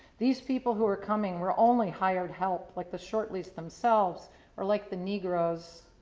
these people who were coming were only hired help, like the shortleys themselves or like the negroes.